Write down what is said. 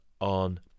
on